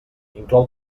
inclou